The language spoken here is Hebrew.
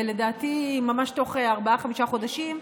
לדעתי ממש תוך ארבעה-חמישה חודשים,